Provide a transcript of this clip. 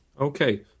Okay